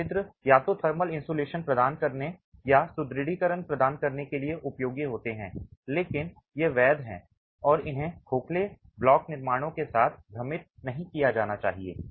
ये छिद्र या तो थर्मल इन्सुलेशन प्रदान करने या सुदृढीकरण प्रदान करने के लिए उपयोगी होते हैं लेकिन ये वेध हैं और इन्हें खोखले ब्लॉक निर्माणों के साथ भ्रमित नहीं किया जाना चाहिए